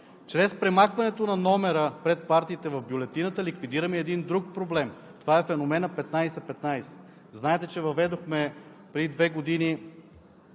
Чрез премахването на номера пред партиите в бюлетината ликвидираме един друг проблем – това е „феноменът 15/15“. Знаете, че преди две години